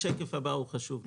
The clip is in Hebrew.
השקף הבא חשוב.